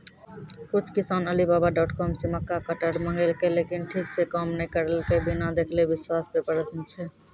कुछ किसान Alibaba dot com से मक्का कटर मंगेलके लेकिन ठीक से काम नेय करलके, बिना देखले विश्वास पे प्रश्न छै?